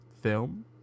film